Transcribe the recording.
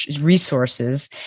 resources